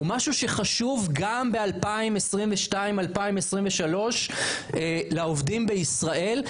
זה משהו שחשוב גם ב-2022 וב-2023 לעובדים בישראל.